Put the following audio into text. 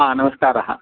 नमस्कारः